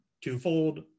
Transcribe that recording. twofold